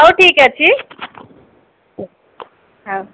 ହଉ ଠିକ ଅଛି ହଉ